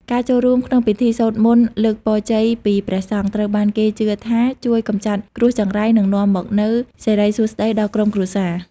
ការចូលរួមក្នុងពិធីសូត្រមន្តលើកពរជ័យពីព្រះសង្ឃ ត្រូវបានគេជឿថាជួយកម្ចាត់គ្រោះចង្រៃ និងនាំមកនូវសិរីសួស្តីដល់ក្រុមគ្រួសារ។